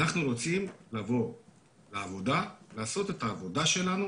אנחנו רוצים לבוא לעבודה, לעשות את העבודה שלנו